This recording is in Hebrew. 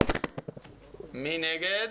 מי נגד?